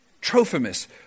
Trophimus